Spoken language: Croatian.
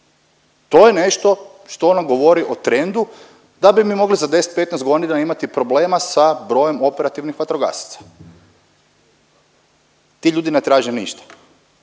To je nešto što nam govori o trendu da bi mi mogli za 10, 15 godina imati problema sa brojem operativnih vatrogasaca. Ti ljudi ne traže ništa,